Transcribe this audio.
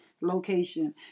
location